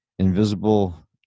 Invisible